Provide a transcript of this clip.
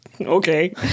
Okay